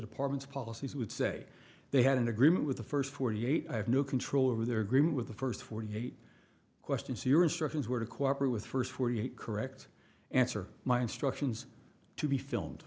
department's policies would say they had an agreement with the first forty eight i have no control over their agreement with the first forty eight question so your instructions were to cooperate with first forty eight correct answer my instructions to be filmed